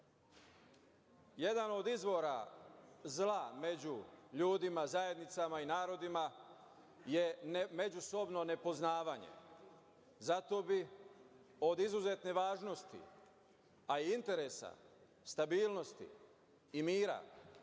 od izvora zla među ljudima, zajednicama i narodima je međusobno nepoznavanje. Zato je od izuzetne važnosti i interesa, stabilnosti i mira